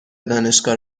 دانشگاه